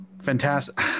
fantastic